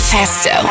Festo